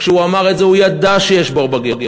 כשהוא אמר את זה הוא ידע שיש בור בגירעון.